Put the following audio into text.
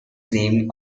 named